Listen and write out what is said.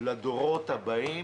לדורות הבאים